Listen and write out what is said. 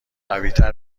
قویتر